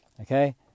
Okay